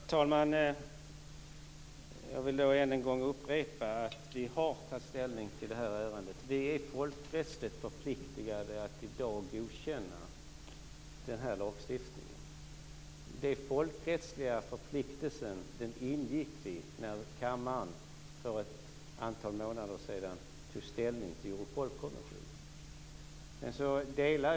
Herr talman! Jag vill än en gång upprepa att vi har tagit ställning till det här ärendet. Vi är folkrättsligt förpliktade att i dag godkänna den här lagstiftningen. Den folkrättsliga förpliktelsen ingick vi när kammaren för ett antal månader sedan tog ställning till Europolkonventionen.